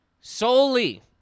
Solely